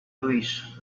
wish